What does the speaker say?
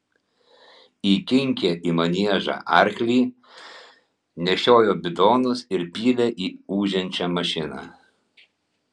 įkinkė į maniežą arklį nešiojo bidonus ir pylė į ūžiančią mašiną